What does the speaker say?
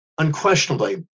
unquestionably